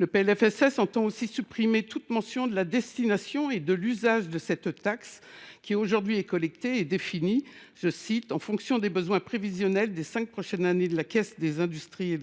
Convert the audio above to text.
Or vous entendez supprimer toute mention de la destination et de l’usage de cette taxe, qui est actuellement collectée et définie « en fonction des besoins prévisionnels des cinq prochaines années de la Caisse nationale des industries